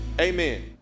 amen